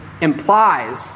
implies